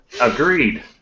Agreed